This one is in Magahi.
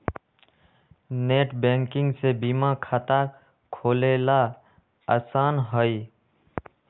नेटबैंकिंग से बीमा खाता खोलेला आसान हई